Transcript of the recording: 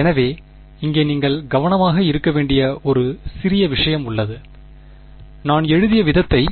எனவே இங்கே நீங்கள் கவனமாக இருக்க வேண்டிய ஒரு சிறிய விஷயம் உள்ளது நான் எழுதிய விதம் இதை